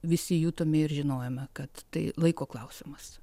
visi jutome ir žinojome kad tai laiko klausimas